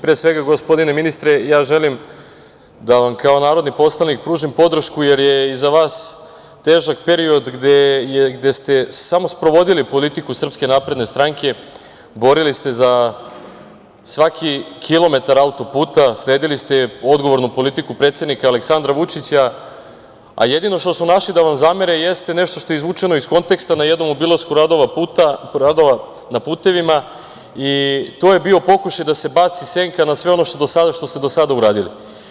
Pre svega, gospodine ministre, želim da vam kao narodni poslanik pružim podršku jer je iza vas težak period gde ste samo sprovodili politiku SNS, borili se za svaki kilometar auto-puta, sledili ste odgovornu politiku predsednika Aleksandra Vučića, a jedino što su našli da vam zamere jeste nešto što je izvučeno iz konteksta na jednom obilasku radova na putevima i to je bio pokušaj da se baci senka na sve ono što ste do sada uradili.